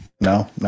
no